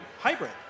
hybrid